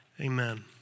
Amen